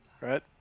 right